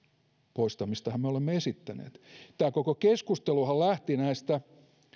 poistamistahan me olemme esittäneet tämä koko keskusteluhan lähti näistä